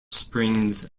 springs